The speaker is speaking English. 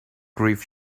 grief